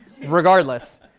regardless